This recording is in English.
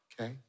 Okay